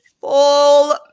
full